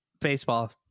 Baseball